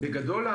בגדול,